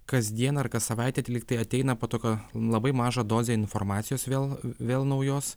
kasdien ar kas savaitę kad lygtai ateina po tokio labai mažą dozę informacijos vėl vėl naujos